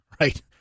right